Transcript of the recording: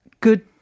good